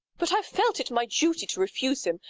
but i've felt it my duty to refuse him,